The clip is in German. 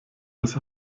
das